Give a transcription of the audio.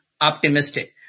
optimistic